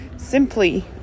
simply